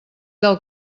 del